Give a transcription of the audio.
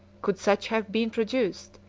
could such have been produced,